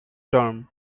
term